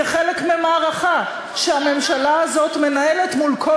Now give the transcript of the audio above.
כחלק ממערכה שהממשלה הזאת מנהלת מול כל